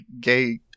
gay